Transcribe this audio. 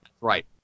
Right